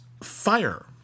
Fire